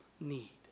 need